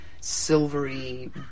silvery